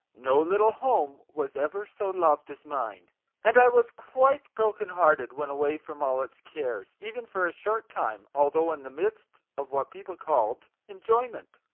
no little home was ever so loved as mine and i was quite broken-hearted when away from all its cares, even for a short time, although in the midst of what people called enjoyment.